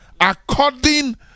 According